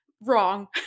wrong